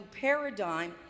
paradigm